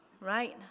right